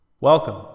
Welcome